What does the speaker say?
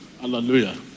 hallelujah